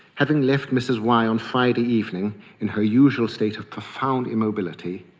having left mrs y on friday evening in her usual state of profound immobility,